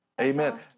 Amen